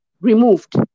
removed